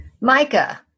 Micah